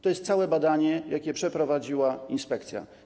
To jest całe badanie, jakie przeprowadziła inspekcja.